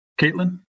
Caitlin